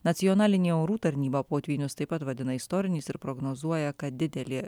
nacionalinė orų tarnyba potvynius taip pat vadina istoriniais ir prognozuoja kad didelė